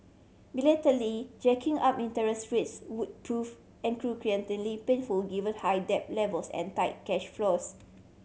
belatedly jacking up interest rates would prove excruciatingly painful given high debt levels and tight cash flows